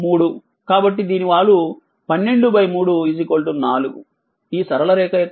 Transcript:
కాబట్టి దీని వాలు 123 4 ఈ సరళ రేఖ యొక్క వాలు 4